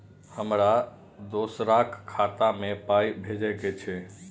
हमरा दोसराक खाता मे पाय भेजे के छै?